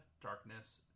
darkness